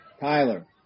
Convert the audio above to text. Tyler